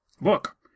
Look